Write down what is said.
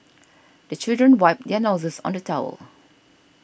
the children wipe their noses on the towel